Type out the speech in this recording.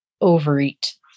overeat